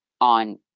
on